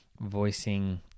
voicing